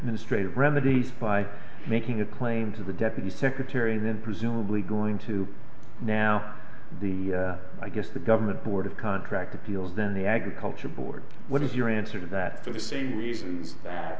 ministry remedies by making a claim to the deputy secretary and then presumably going to now the i guess the government board of contract appeals then the agriculture board what is your answer to that for the same reason that